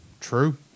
True